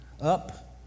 up